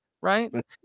right